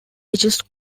just